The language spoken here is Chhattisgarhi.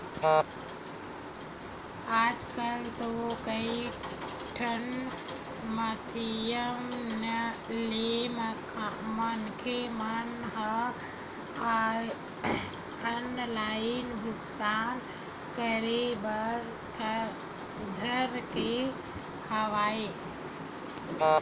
आजकल तो कई ठन माधियम ले मनखे मन ह ऑनलाइन भुगतान करे बर धर ले हवय